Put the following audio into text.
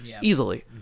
easily